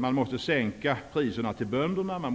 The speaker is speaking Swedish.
Man måste sänka priserna till bönderna